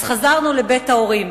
אז חזרנו לבית ההורים,